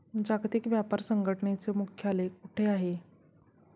जागतिक व्यापार संघटनेचे मुख्यालय कुठे आहे?